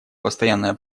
постоянная